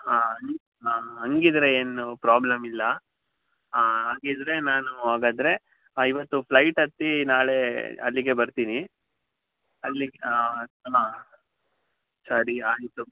ಹಾಂ ಹಾಂ ಹಂಗಿದ್ರೆ ಏನು ಪ್ರಾಬ್ಲಮ್ ಇಲ್ಲ ಹಾಗಿದ್ರೆ ನಾನು ಹಾಗಾದ್ರೆ ಇವತ್ತು ಫ್ಲೈಟ್ ಹತ್ತಿ ನಾಳೆ ಅಲ್ಲಿಗೆ ಬರ್ತೀನಿ ಅಲ್ಲಿಗೆ ಆಂ ಆಂ ಸರಿ ಆಯಿತು